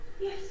Yes